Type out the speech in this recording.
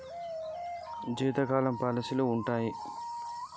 జీవితకాలం పాలసీలు ఉంటయా?